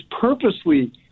purposely